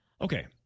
Okay